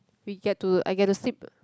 we get to I get to sleep